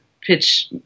pitch